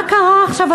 מה קרה עכשיו,